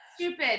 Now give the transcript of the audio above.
stupid